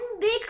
big